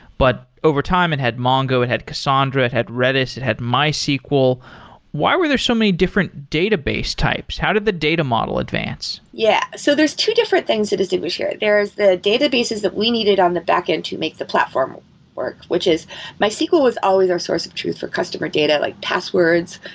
but over time, it had mongo, it had cassandra, it had redis, it had mysql. why were there so many different database types? how did the data model advance? yeah. so there's two different things that distinguish here. there is the databases that we needed on the back-end to make the platform work, which is mysql was always our source of truth for customer data, like passwords,